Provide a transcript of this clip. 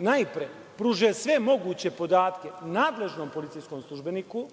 najpre pruže sve moguće podatke nadležnom policijskom službeniku,